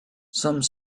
some